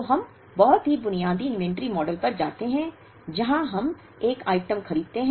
तो हम बहुत ही बुनियादी इन्वेंट्री मॉडल पर जाते हैं जहां हम एक आइटम खरीदते हैं